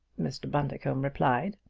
mr. bundercombe replied.